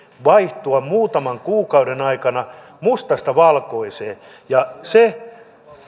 vaihtua muutaman kuukauden aikana mustasta valkoiseen ja se